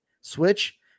Switch